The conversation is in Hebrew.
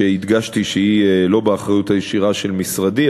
הדגשתי שזה לא באחריות הישירה של משרדי,